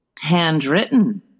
Handwritten